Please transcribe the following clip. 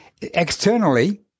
Externally